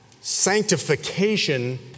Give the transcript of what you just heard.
sanctification